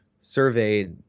surveyed